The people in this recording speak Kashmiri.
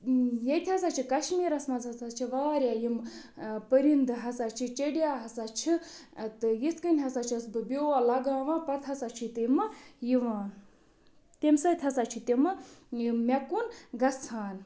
ییٚتہِ ہَسا چھِ کَشمیٖرَس مَنٛز ہَسا چھِ واریاہ یِم پٔرِنٛدٕ ہَسا چھِ چیڑیا ہَسا چھِ تہٕ یِتھ کٔنۍ ہَسا چھَس بہٕ بیول لَگاوان پَتہٕ ہَسا چھِ تِمہٕ یِوان تَمہِ سۭتۍ ہَسا چھِ تِمہٕ یِم مےٚ کُن گژھان